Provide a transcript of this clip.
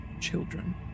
children